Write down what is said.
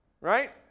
Right